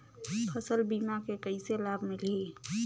फसल बीमा के कइसे लाभ मिलही?